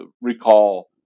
recall